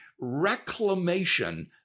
Reclamation